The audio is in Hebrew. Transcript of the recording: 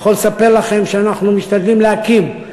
אני יכול לספר לכם שאנחנו משתדלים להקים,